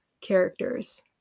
characters